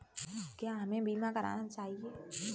क्या हमें बीमा करना चाहिए?